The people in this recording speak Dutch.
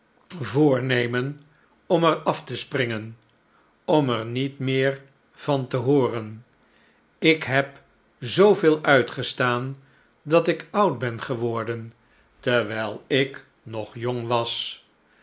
voornemen om er af te springen om er niet meer van te hooren ik heb zooveel uitgestaan dat ik oud ben geworden terwijl ik nog jong was